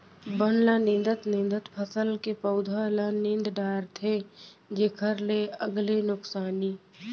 बन ल निंदत निंदत फसल के पउधा ल नींद डारथे जेखर ले अलगे नुकसानी